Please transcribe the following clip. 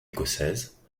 écossaise